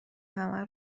همه